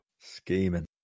Scheming